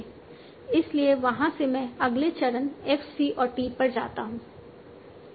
इसलिए वहाँ से मैं अगले चरण f c और t पर जाता हूँ